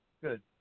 Good